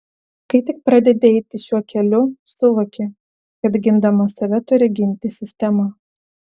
kai tik pradedi eiti šiuo keliu suvoki kad gindamas save turi ginti sistemą